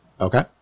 Okay